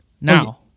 Now